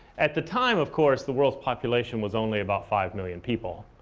at the time, of course, the world's population was only about five million people.